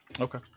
Okay